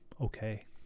okay